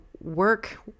work